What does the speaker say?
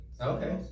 Okay